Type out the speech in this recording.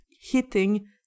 hitting